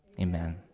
Amen